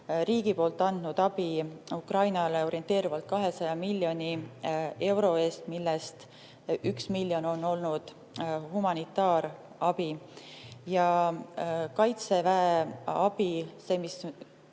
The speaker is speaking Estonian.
tänaseks andnud abi Ukrainale orienteerivalt 200 miljoni euro eest, millest üks miljon on olnud humanitaarabi. Kaitseväe abi, mis